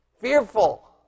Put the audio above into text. fearful